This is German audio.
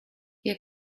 hier